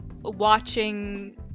watching